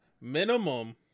minimum